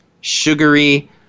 sugary